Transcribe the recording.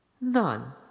None